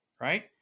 right